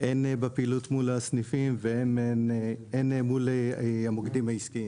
הן בפעילות מול הסניפים והן מול המוקדים העסקיים.